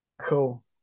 Cool